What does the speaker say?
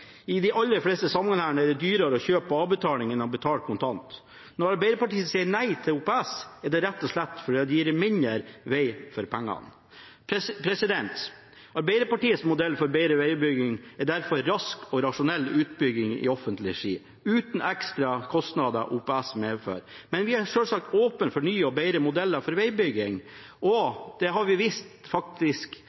I de aller fleste sammenhenger er det dyrere å kjøpe på avbetaling enn å betale kontant. Når Arbeiderpartiet sier nei til OPS, er det rett og slett fordi det gir mindre veg for pengene. Arbeiderpartiets modell for bedre vegbygging er derfor rask og rasjonell utbygging i offentlig regi, uten de ekstra kostnadene OPS medfører, men vi er selvsagt åpne for nye og bedre modeller for vegbygging. Det har vi faktisk